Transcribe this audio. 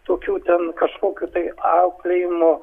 tokių ten kažkokių tai auklėjimo